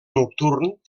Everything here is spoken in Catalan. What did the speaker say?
nocturn